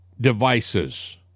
devices